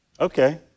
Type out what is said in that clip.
Okay